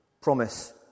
Promise